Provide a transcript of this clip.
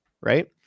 right